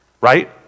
right